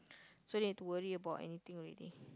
so don't have to worry bout anything already